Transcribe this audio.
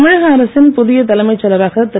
தமிழக அரசின் புதிய தலைமைச் செயலராக திரு